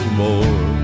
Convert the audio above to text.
more